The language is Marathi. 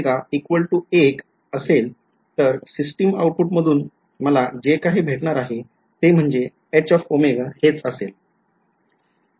जर तुमचे १ असेल तर सिस्टिम आउटपुट मधून मला जे काही भेटणार आहे ते म्हणजे हेच असेल